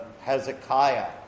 Hezekiah